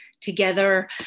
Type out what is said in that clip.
together